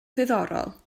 ddiddorol